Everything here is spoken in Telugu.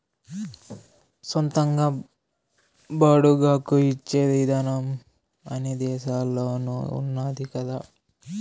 సొంతంగా బాడుగకు ఇచ్చే ఇదానం అన్ని దేశాల్లోనూ ఉన్నాది కదా